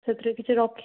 ସେଥିରେ କିଛି ରଖି